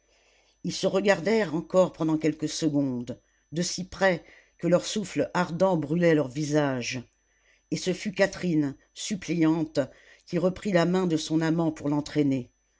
ils se regardèrent encore pendant quelques secondes de si près que leur souffle ardent brûlait leur visage et ce fut catherine suppliante qui reprit la main de son amant pour l'entraîner